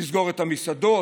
לסגור את המסעדות,